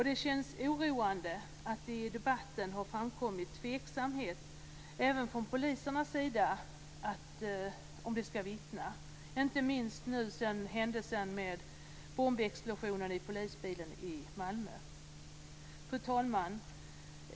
Det känns oroande att det i debatten har framkommit tveksamhet även från polisernas sida om de skall vittna, inte minst nu sedan händelsen då en bomb exploderade i en polisbil i Fru talman!